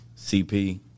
CP